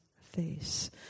face